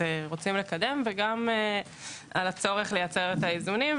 רוצה לקדם ועל הצורך לייצר את האיזונים,